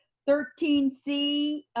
thirteen c,